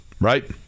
Right